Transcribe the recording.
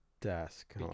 desk